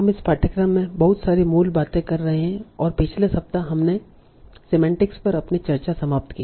हम इस पाठ्यक्रम में बहुत सारी मूल बातें कर रहे हैं और पिछले सप्ताह हमने सिमेंटीक्स पर अपनी चर्चा समाप्त की